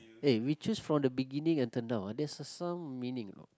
eh we choose from the beginning until now ah there's a some meaning you know